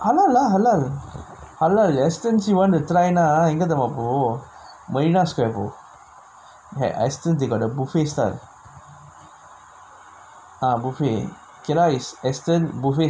halal lah halal Astons you want to try னா எங்க தெரியுமா போ:naa engga teriyumaa po marina square போ:po I think they still got buffet style ah buffet okay lah Astons